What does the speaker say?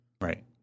Right